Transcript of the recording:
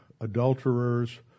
adulterers